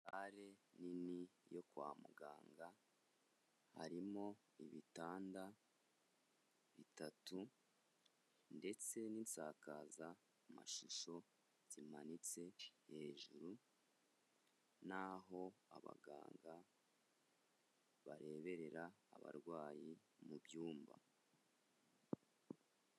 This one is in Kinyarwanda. Sale nini yo kwa muganga, harimo ibitanda bitatu, ndetse n'isakazamashusho zimanitse hejuru, n'aho abaganga bareberera abarwayi mu byumba.